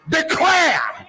declare